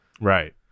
Right